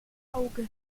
auge